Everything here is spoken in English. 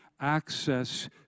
access